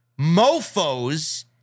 Mofos